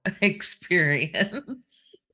experience